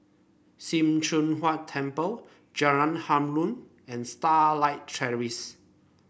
Sim Choon Huat Temple Jalan Harum and Starlight Terrace